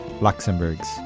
Luxembourg's